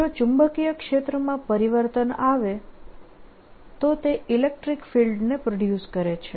જો ચુંબકીય ક્ષેત્રમાં પરિવર્તન આવે તો તે ઇલેક્ટ્રીક ફિલ્ડને પ્રોડ્યુસ કરે છે